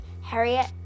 Harriet